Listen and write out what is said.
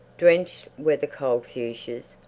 drenched were the cold fuchsias,